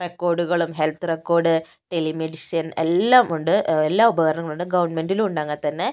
റെക്കോർഡുകളും health record telemedicine എല്ലാം ഉണ്ട് എല്ലാ ഉപകരണങ്ങളും ഉണ്ട് ഗവണ്മെന്റിലും ഉണ്ട് അങ്ങനെ തന്നെ